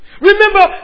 Remember